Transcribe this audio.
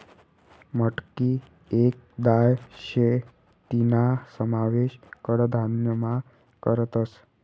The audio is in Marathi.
मटकी येक दाय शे तीना समावेश कडधान्यमा करतस